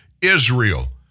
Israel